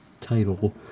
title